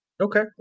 Okay